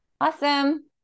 Awesome